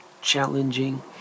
challenging